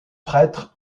prêtre